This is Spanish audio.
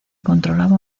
controlaba